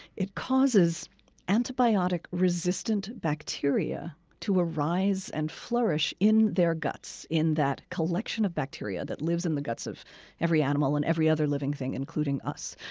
it causes antibiotic-resistant bacteria to arise and flourish in their guts in that collection of bacteria that lives in the guts of every animal and every other living thing including us.